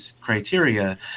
criteria